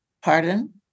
pardon